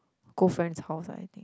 go friend's house lah I think